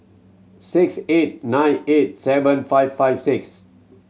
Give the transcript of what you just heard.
six eight nine eight seven five five six